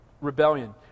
Rebellion